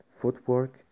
footwork